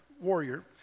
warrior